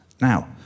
Now